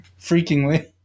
Freakingly